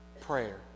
prayer